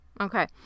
Okay